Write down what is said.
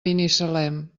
binissalem